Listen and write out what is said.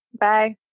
Bye